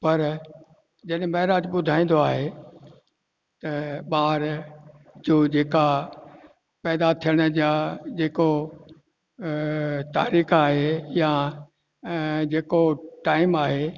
पर जॾहिं महराज ॿुधाईंदो आहे त ॿार जो जेका पैदा थियण जा जेको तारीख़ु आहे या जेको टाईम आहे